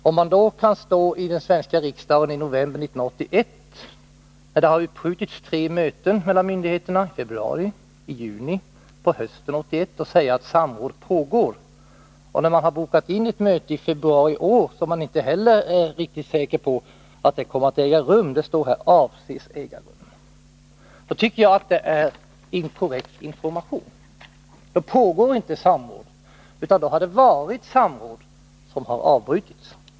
Om man då kan stå i den svenska riksdagen i november 1981, när tre möten mellan myndigheterna har uppskjutits — i februari, i juni och hösten 1981 — och säga att ”samråd pågår” och när man dessutom har bokat in ett möte till i februari i år utan att ens i det fallet vara riktigt säker på om det kommer att äga rum, det står här att det ”avses äga rum”, tycker jag att detta är inkorrekt information. Då pågår inte samråd, utan då har det varit samråd, som har avbrutits.